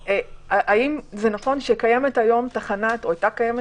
האם נכון שקיימת היום או היתה קיימת